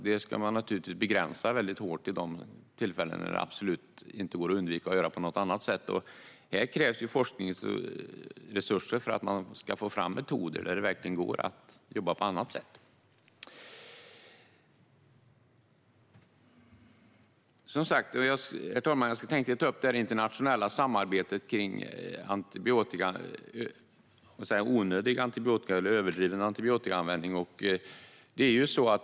De ska naturligtvis begränsas väldigt hårt till de tillfällen när det absolut inte går att göra på något annat sätt. Här krävs forskningsresurser för att man ska få fram metoder för att jobba på annat sätt. Herr talman! Jag tänkte ta upp det internationella samarbetet kring överdriven antibiotikaanvändning.